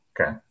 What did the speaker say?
Okay